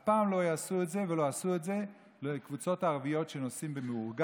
אף פעם לא יעשו את זה ולא עשו את זה לקבוצות ערביות שנוסעות במאורגן,